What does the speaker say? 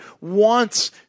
wants